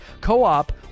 Co-op